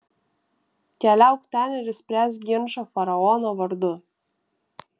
keliauk ten ir išspręsk ginčą faraono vardu